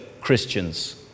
Christians